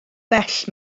bell